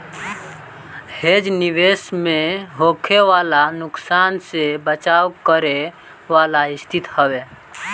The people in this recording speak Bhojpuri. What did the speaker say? हेज निवेश में होखे वाला नुकसान से बचाव करे वाला स्थिति हवे